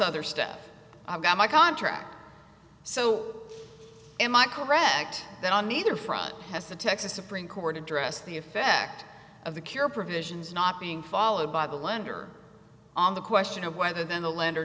other stuff i've got my contract so am i correct that i'm neither front has the texas supreme court address the effect of the cure provisions not being followed by the lender on the question of whether then the lend